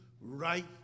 right